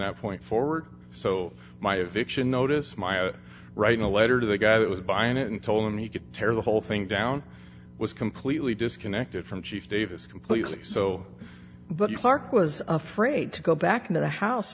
that point forward so my eviction notice my at writing a letter to the guy that was buying it and told him he could tear the whole thing down was completely disconnected from chief davis completely so but clark was afraid to go back into the house